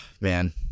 man